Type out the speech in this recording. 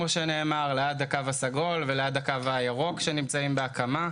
ליד הקו הסגול וליד הקו הירוק שנמצאים בהקמה.